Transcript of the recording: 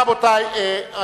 רבותי,